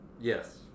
Yes